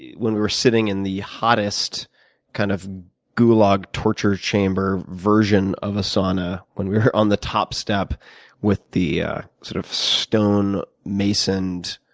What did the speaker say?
when we were sitting in the hottest kind of gulag torture chamber version of a sauna when we were on the top step with the ah sort of stone-mason and